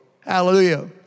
Hallelujah